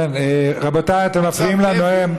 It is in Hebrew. רבותיי, אתם מפריעים לנואם.